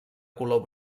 color